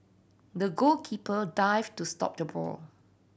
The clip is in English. the goalkeeper dived to stop the ball